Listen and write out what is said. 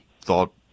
thought